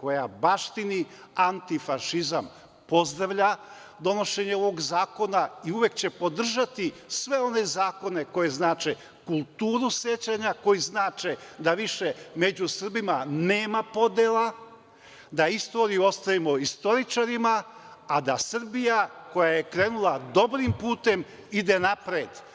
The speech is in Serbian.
koja baštini antifašizam, pozdravlja donošenje ovog zakona i uvek će podržati sve ove zakone koji znače kulturu sećanja, koji znače da više među Srbima nema podela, da istoriju ostavimo istoričarima, a da Srbija koja je krenula dobrim putem ide napred.